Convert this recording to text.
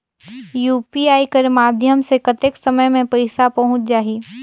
UPI कर माध्यम से कतेक समय मे पइसा पहुंच जाहि?